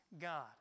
God